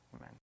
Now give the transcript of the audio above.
Amen